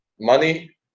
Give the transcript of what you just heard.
money